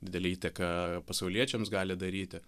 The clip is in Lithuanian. didelę įtaką pasauliečiams gali daryti